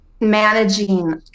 managing